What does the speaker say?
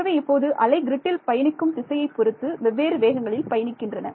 ஆகவே இப்போது அலை கிரிட்டில் பயணிக்கும் திசையை பொறுத்து வெவ்வேறு வேகங்களில் பயணிக்கின்றன